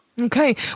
Okay